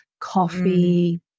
coffee